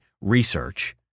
research